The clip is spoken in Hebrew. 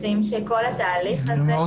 רוצים שכל התהליך הזה- -- אני מאוד